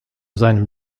seinem